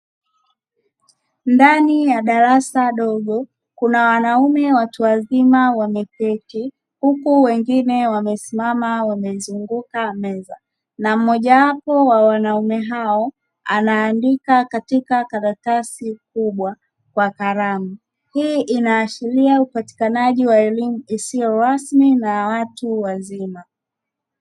Ndani ya darasa dogo kunawanaume watu wazima, wameketi huku wengine wamesimama wamezunguka meza na mmoja wapo wa wanaume hao anaandika katika karatasi kubwa kwa karamu, hii inaashiria upatikanaji wa elimu isiyo rasimi naya watu wazima.